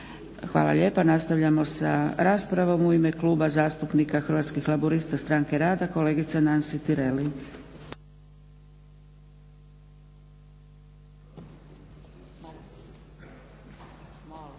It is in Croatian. Hvala lijepa. Nastavljamo sa raspravom. U ime Kluba zastupnika Hrvatskih laburista-Stranke rada kolegica Nansi Tireli.